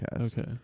Okay